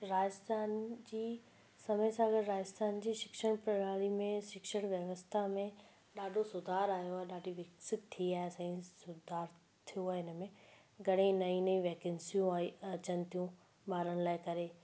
राजस्थान जी समय सां गॾु राजस्थान जी शिक्षण प्रणाली में शिक्षण व्यवस्था में ॾाढो सुधार आयो आहे ॾाढी विकसित थी आहे सही सुधार थियो आहे इन में घणेई नईं नईं वेकेन्सियूं आहे अचनि थियूं ॿारनि लाइ करे